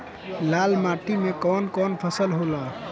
लाल माटी मे कवन कवन फसल होला?